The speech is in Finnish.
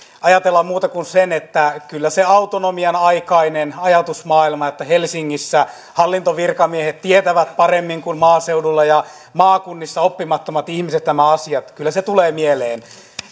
ajatella kuin että kyllä se autonomian aikainen ajatusmaailma että helsingissä hallintovirkamiehet tietävät paremmin kuin maaseudulla ja maakunnissa oppimattomat ihmiset nämä asiat tulee mieleen